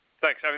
Thanks